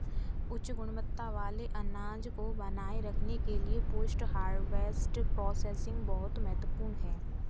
उच्च गुणवत्ता वाले अनाज को बनाए रखने के लिए पोस्ट हार्वेस्ट प्रोसेसिंग बहुत महत्वपूर्ण है